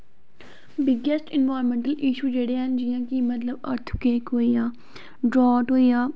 biggest environmental issues जेह्ड़े हैन जियां कि मतलव अर्थकवेक होइया डरॉट होइया